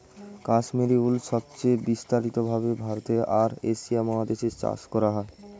Kashmiri wool সবচেয়ে বিস্তারিত ভাবে ভারতে আর এশিয়া মহাদেশে চাষ করা হয়